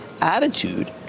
attitude